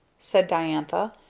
said diantha,